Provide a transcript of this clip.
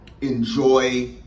Enjoy